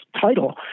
title